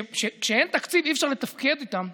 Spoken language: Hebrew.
כשאין תקציב אי-אפשר לתפקד איתן,